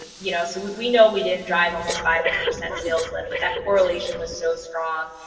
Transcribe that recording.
and you know, so we know we didn't drive almost five hundred percent sales lead but that correlation was so strong,